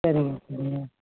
சரிங்க சரிங்க